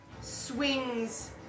swings